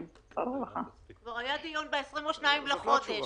כבר היה דיון ב-22 לחודש.